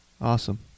awesome